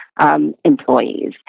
employees